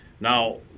now